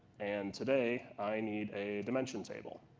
and today, i need a dimension table.